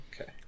Okay